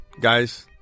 guys